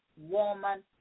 woman